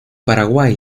paraguay